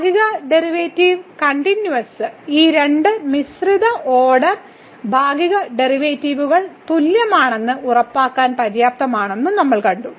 ഭാഗിക ഡെറിവേറ്റീവിന്റെ കണ്ടിന്യൂവസ് ഈ രണ്ട് മിശ്രിത ഓർഡർ ഭാഗിക ഡെറിവേറ്റീവുകൾ തുല്യമാണെന്ന് ഉറപ്പാക്കാൻ പര്യാപ്തമാണെന്നും നമ്മൾ കണ്ടു